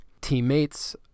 teammates